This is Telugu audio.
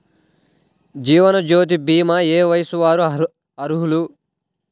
జీవనజ్యోతి భీమా ఏ వయస్సు వారు అర్హులు?